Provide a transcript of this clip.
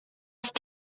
ist